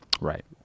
Right